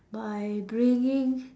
by bringing